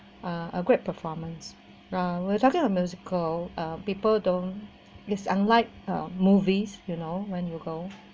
uh a great performance uh we're talking a musical uh people don't is unlike uh movies you know when you go